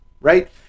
right